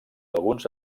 alguns